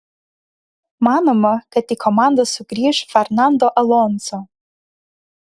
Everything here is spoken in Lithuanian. manoma kad į komandą sugrįš fernando alonso